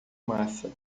massa